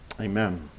Amen